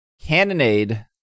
Cannonade